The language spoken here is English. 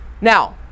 Now